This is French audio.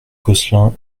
gosselin